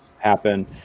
happen